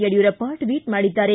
Yediyurappa tweet ಮಾಡಿದ್ದಾರೆ